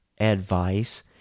advice